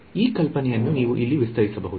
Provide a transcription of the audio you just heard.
ಈ ಕಲ್ಪನೆಯನ್ನು ನೀವು ಇಲ್ಲಿ ವಿಸ್ತರಿಸಬಹುದು